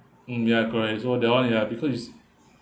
mm ya correct so that [one] ya because it's